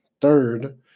third